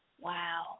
wow